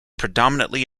predominantly